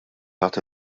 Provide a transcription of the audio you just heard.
taħt